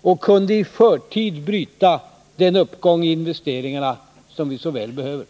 och kunde i förtid bryta den uppgång i investeringarna som vi så väl behöver.